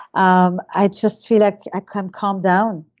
um i just feel like i can calm down,